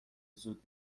زود